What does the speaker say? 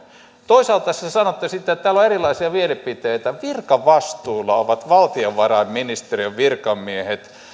toisaalta te sanotte sitten että täällä on erilaisia mielipiteitä virkavastuulla ovat valtiovarainministeriön virkamiehet